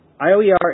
IOER